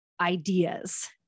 ideas